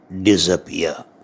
disappear